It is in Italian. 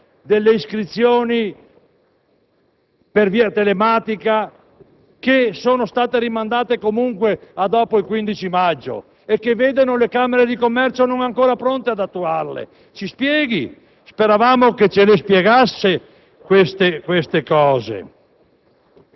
alla semplificazione delle iscrizioni per via telematica, che sono state rimandate comunque a dopo il 15 maggio e che vedono le camere di commercio non ancora pronte ad attuarle. Ci spieghi, speravamo che ce le spiegasse